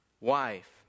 wife